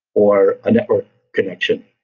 or a network connection.